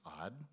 odd